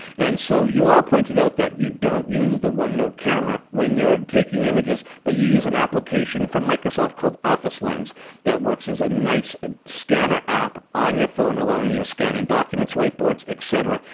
and so you all pointed out that you don't use the one note camera when you're taking images but you use an application from microsoft called office lens that works as a nice scanner app on your phone, allowing you to scan in documents, whiteboards, etc.